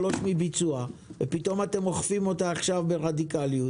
שלוש ופתאום אוכפים אותה ברדיקליות